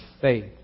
faith